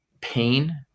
Pain